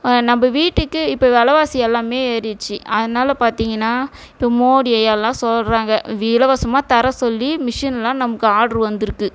நம்ப வீட்டுக்கு இப்போ விலவாசி எல்லாமே ஏறிடுச்சு அதனால பார்த்தீங்கன்னா இப்போ மோடி ஐயா எல்லாம் சொல்லுறாங்க வீ இலவசமாக தர சொல்லி மிஷின் எல்லாம் நமக்கு ஆர்ட்ரு வந்து இருக்கு